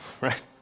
right